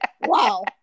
Wow